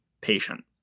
patient